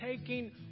taking